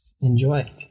Enjoy